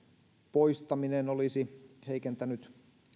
poistaminen olisi heikentänyt